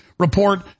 Report